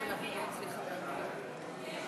הצעת סיעת העבודה להביע אי-אמון בממשלה לא נתקבלה.